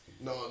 No